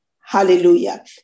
Hallelujah